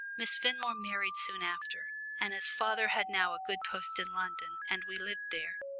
miss fenmore married soon after, and as father had now a good post in london, and we lived there,